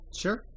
Sure